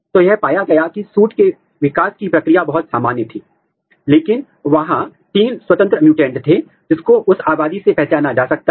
तो यह वह अंग है जहाँ हम अभिव्यक्ति देखना चाहते हैं